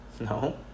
No